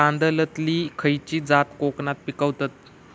तांदलतली खयची जात कोकणात पिकवतत?